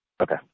Okay